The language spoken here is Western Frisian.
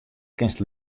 kinst